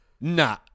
nah